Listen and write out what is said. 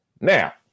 now